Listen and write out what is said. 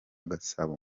gasabo